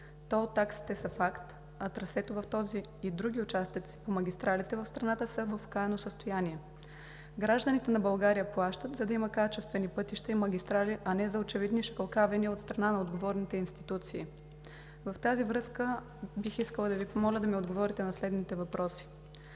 Тол таксите са факт, а трасето в този и други участъци по магистралите в страната са в окаяно състояние. Гражданите на България плащат, за да имат качествени пътища и магистрали, а не за очевидни шикалкавения от страна на отговорните институции. В тази връзка, бих искала да Ви помоля да ми отговорите на следните въпроси: